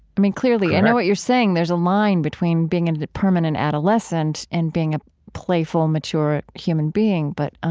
i mean, clearly, i know what you're saying correct there's a line between being and the permanent adolescent and being a playful, mature human being. but, um,